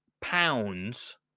pounds